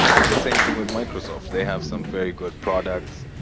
and the same thing with microsoft, they have some very good products.